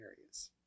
areas